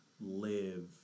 live